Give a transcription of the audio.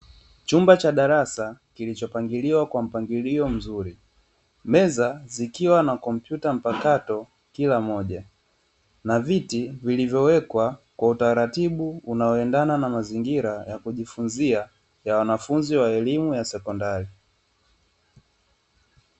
Chumba cha darasa kilichopangiliwa kwa mpangilio mzuri, meza zikiwa na kompyuta mpakato kila moja na viti vilivyowekwa kwa utaratibu unaoendana na mazingira ya kujifunzia ya wanafunzi wa elimu ya sekondari.